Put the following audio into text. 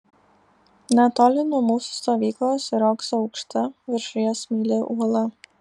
netoli nuo mūsų stovyklos riogso aukšta viršuje smaili uola